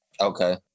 Okay